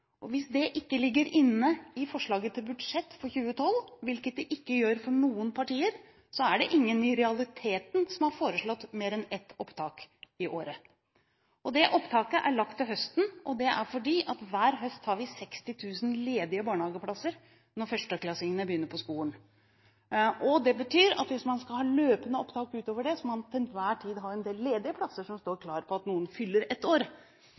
prislapp. Hvis det ikke ligger inne i forslaget til budsjett for 2012, hvilket det ikke gjør for noen partier, er det i realiteten ingen som har foreslått mer enn ett opptak i året. Det opptaket er lagt til høsten, og det er fordi at vi hver høst har 60 000 ledige barnehageplasser når førsteklassingene begynner på skolen. Det betyr at hvis man skal ha løpende opptak utover det, må man til enhver tid ha en del ledige plasser som står klare til noen fyller ett år.